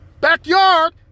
backyard